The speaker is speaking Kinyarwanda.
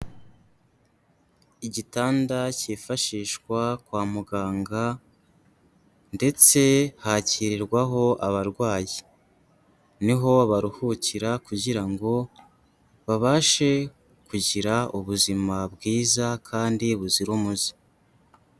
Igitanda cyifashishwa kwa muganga ndetse hakirwaho abarwayi, niho baruhukira kugira ngo babashe kugira ubuzima bwiza kandi buzira umuze.